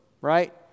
right